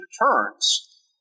returns